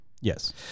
Yes